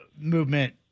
movement